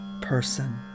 person